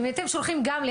אם הייתם שולחים גם לי,